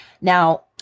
Now